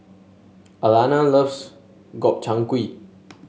Alanna loves Gobchang Gui